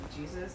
Jesus